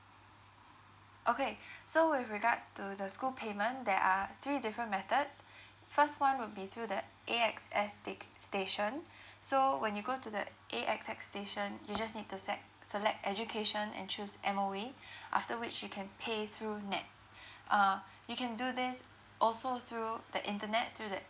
okay so with regards to the school payment there are three different methods first one would be through the A_X_S tic~ station so when you go to the A_X_S station you just need to sec~ select education and choose M_O_E after which you can pay through NETS uh you can do this also through the internet through the